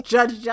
Judge